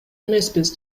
эмеспиз